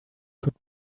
could